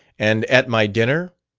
and at my dinner